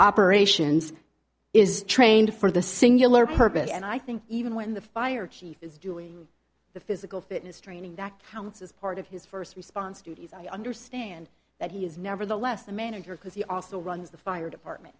operations is trained for the singular purpose and i think even when the fire chief is doing the physical fitness training that counts as part of his first response to understand that he is never the less the manager because he also runs the fire department